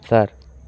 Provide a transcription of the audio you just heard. sir